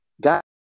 got